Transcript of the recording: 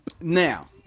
Now